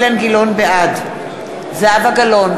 בעד זהבה גלאון,